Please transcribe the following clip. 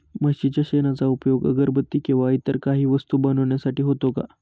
म्हशीच्या शेणाचा उपयोग अगरबत्ती किंवा इतर काही वस्तू बनविण्यासाठी होतो का?